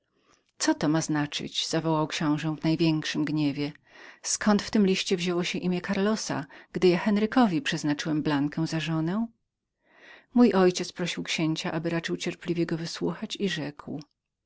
co to ma znaczyć zawołał książe w największym gniewie co w tym liście porabia imię karlosa wtedy gdy ja henrykowi przeznaczyłem blankę za żonę mój ojciec prosił księcia aby raczył ciepliwie go wysłuchać i rzekł